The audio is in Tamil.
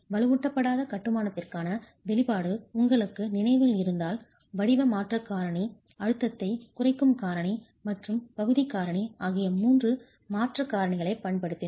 வலுவூட்டப்படாத கட்டுமானத்திற்கான வெளிப்பாடு உங்களுக்கு நினைவில் இருந்தால் வடிவ மாற்றக் காரணி அழுத்தத்தைக் குறைக்கும் காரணி மற்றும் பகுதி காரணி ஆகிய 3 மாற்றக் காரணிகளைப் பயன்படுத்தினோம்